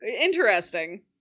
Interesting